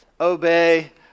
obey